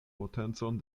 potencon